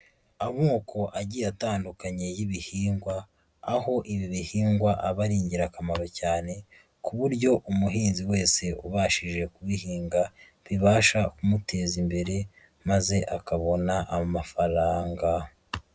Amoko agiye atandukanye y'ibihingwa, aho ibi bihingwa aba ari ingirakamaro cyane, ku buryo umuhinzi wese ubashije kubihinga bibasha kumuteza imbere, maze akabona amafaranga.